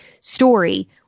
story